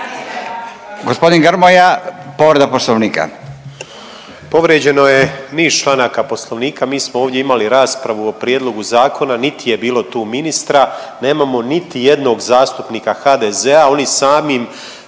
Gospodin Grmoja, povreda poslovnika.